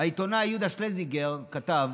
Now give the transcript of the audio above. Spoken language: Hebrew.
העיתונאי יהודה שלזינגר כתב: